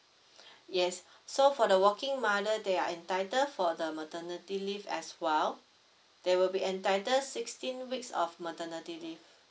yes so for the working mother they are entitled for the maternity leave as well they will be entitled sixteen weeks of maternity leave